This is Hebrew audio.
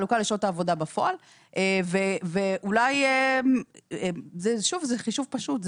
זה חישוב פשוט.